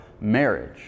marriage